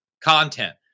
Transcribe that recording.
content